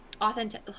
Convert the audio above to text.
authentic